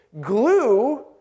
glue